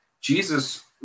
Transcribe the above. Jesus